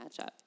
matchup